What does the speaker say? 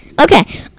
Okay